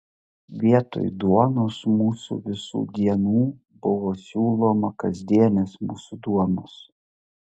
vietoj duonos mūsų visų dienų buvo siūloma kasdienės mūsų duonos